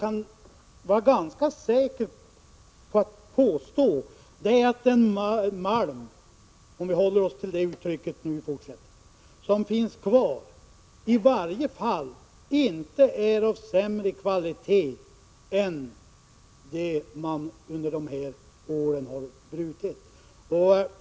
Vad jag ganska säkert kan påstå är att den malm, om vi i fortsättningen håller oss till detta uttryck, som finns kvar i varje fall inte är av sämre kvalitet än den malm som man under dessa år har brutit.